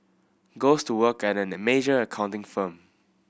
goes to work at a major accounting firm